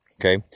okay